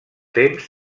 temps